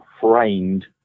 framed